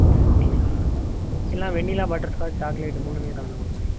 ஓ அப்படிங்களா சரி இல்லைனா வெண்ணிலா பட்டர் ஸ்காட்சு சாக்லேட் மூணுமே கலந்து கொடுக்க முடியுமா